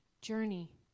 journey